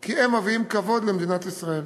כי הם מביאים כבוד למדינת ישראל.